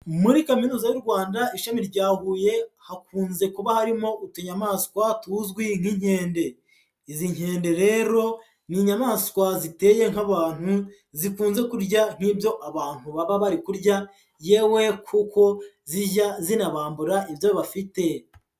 Muri Kaminuza y'u Rwanda ishami rya Huye, hakunze kuba harimo utunyamaswa tuzwi nk'inkende. Izi nkende rero, ni inyamaswa ziteye nk'abantu, zikunze kurya n'ibyo abantu baba bari kurya, yewe kuko zijya zinabambura ibyo bafite.